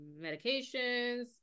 medications